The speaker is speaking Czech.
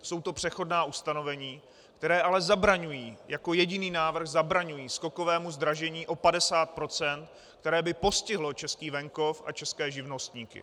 Jsou to přechodná ustanovení, která ale jako jediný návrh zabraňují skokovému zdražení o 50 %, které by postihlo český venkov a české živnostníky.